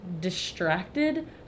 distracted